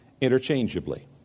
interchangeably